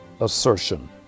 assertion